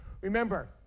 Remember